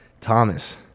Thomas